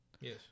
Yes